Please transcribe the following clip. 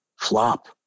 flop